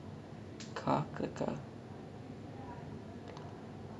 !wah! eh ya the kaakha kaakha is before your time lah I think it's two thousand two or two thousand three